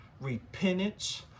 repentance